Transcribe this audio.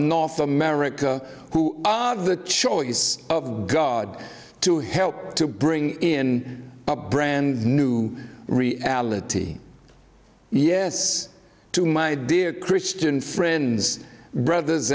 north america who are the choice of god to help to bring in a brand new reality yes to my dear christian friends brothers